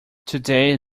today